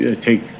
take